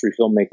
filmmaker